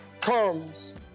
comes